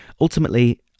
Ultimately